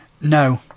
No